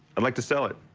i'd like to sell it.